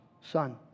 son